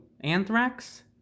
Anthrax